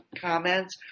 comments